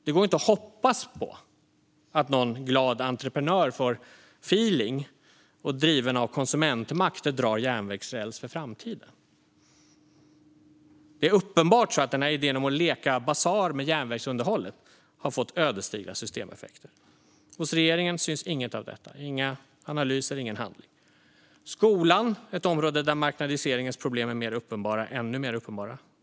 Det går inte att hoppas på att någon glad entreprenör får feeling och driven av konsumentmakt drar järnvägsräls för framtiden. Det är uppenbart så att idén om att leka basar med järnvägsunderhållet har fått ödesdigra systemeffekter. Men hos regeringen syns inget av detta - inga analyser, ingen handling. Skolan är ett område där marknadiseringens problem är ännu mer uppenbara.